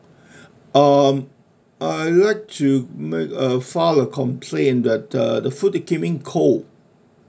um I'd like to make a file a complaint that the the food that came in cold